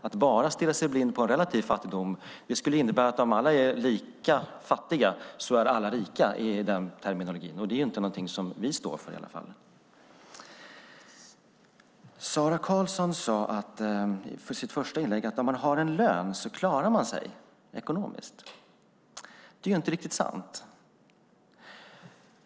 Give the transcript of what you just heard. Att bara stirra sig blind på relativ fattigdom skulle innebära att om alla är lika fattiga är alla rika i den terminologin, och det är inte någonting som vi står för i alla fall. Sara Karlsson sade i sitt första inlägg att om man har en lön klarar man sig ekonomiskt. Det är inte riktigt sant.